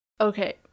okay